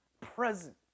present